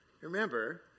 Remember